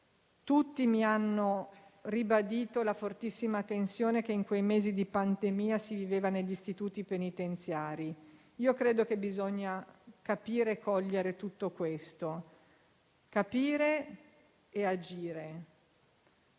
Tutti mi hanno ribadito la fortissima tensione che in quei mesi di pandemia si viveva negli istituti penitenziari. Bisogna capire e cogliere tutto questo, capire e agire.